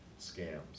scams